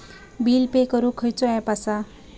Bill pay करूक खैचो app असा?